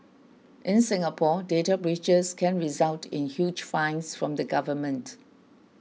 in Singapore data breaches can result in huge fines from the government